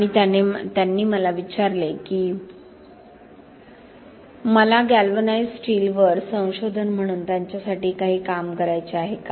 आणि त्याने मला विचारले की मला गॅल्वनाइज्ड स्टीलवर संशोधन म्हणून त्याच्यासाठी काही काम करायचे आहे का